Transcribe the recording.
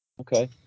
Okay